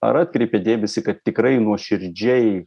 ar atkreipėt dėmesį kad tikrai nuoširdžiai